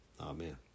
Amen